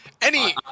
any-